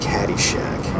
Caddyshack